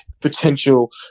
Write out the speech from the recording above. potential